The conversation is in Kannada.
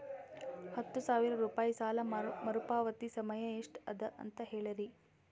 ಹತ್ತು ಸಾವಿರ ರೂಪಾಯಿ ಸಾಲ ಮರುಪಾವತಿ ಸಮಯ ಎಷ್ಟ ಅದ ಅಂತ ಹೇಳರಿ?